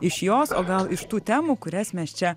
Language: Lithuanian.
iš jos o gal iš tų temų kurias mes čia